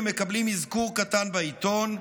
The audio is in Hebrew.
הם מקבלים אזכור קטן בעיתון,